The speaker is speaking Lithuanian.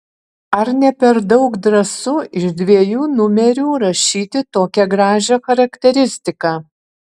ar ne per daug drąsu iš dviejų numerių rašyti tokią gražią charakteristiką